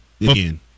again